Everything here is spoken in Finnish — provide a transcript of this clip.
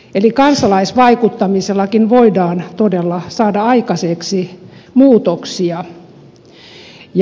eli kansalaisvaikuttamisella voidaan todella saada aikaiseksi muutoksia